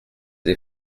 les